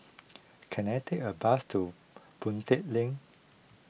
can I take a bus to Boon Tat Link